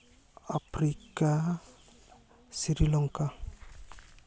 Africa Sri Lanka